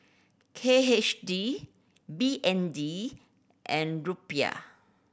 K H D B N D and Rupiah